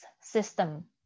system